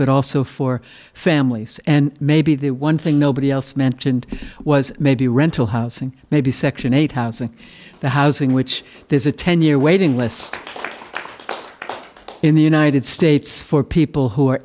but also for families and maybe the one thing nobody else mentioned was maybe rental housing maybe section eight housing the housing which there's a ten year waiting list in the united states for people who are